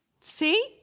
See